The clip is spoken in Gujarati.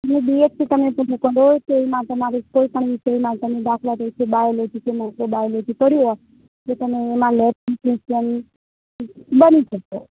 એટલે બી એસ સી કરવાની તમારી ઈચ્છા હોય તો એમાં તમારે કોઈપણ વિષય તમે દાખલા તરીકે બાયોલોજી કે માઇક્રો બાયોલોજી કરવું હોય તો તેમાં તમે લેબ ટેક્નિશિયન બની શકો